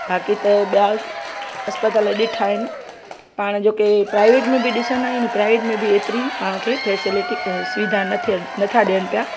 बाक़ी त ॿिया अस्पताल ॾिठा आहिनि पाण जो के प्राइवेट में बि ॾिसंदा आहिनि प्राइवेट में बि एतिरी पाण खे फैसिलीटी सुविधा नथा ॾियनि पिया